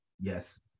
Yes